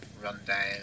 rundown